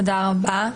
תודה רבה.